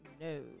no